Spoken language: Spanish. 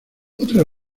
otra